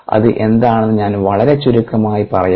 അത് എന്താണെന്ന് ഞാൻ വളരെ ചുരുക്കമായി പറയാം